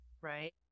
Right